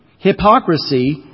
hypocrisy